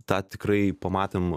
tą tikrai pamatėm